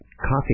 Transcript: coffee